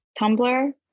Tumblr